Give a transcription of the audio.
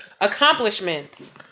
accomplishments